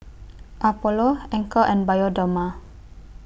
Apollo Anchor and Bioderma